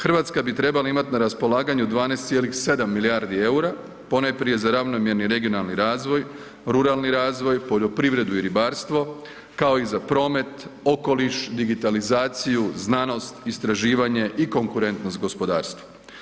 Hrvatska bi trebala imati na raspolaganju 12,7 milijardi eura ponajprije za ravnomjerni regionalni razvoj, ruralni razvoj, poljoprivredu i ribarstvo kao i za promet, okoliš, digitalizaciju, znanost, istraživanje i konkurentnost gospodarstva.